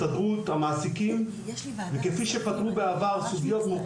כפי שפתרו בעבר סוגיות מורכבות לא פחות כמו: